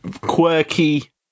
quirky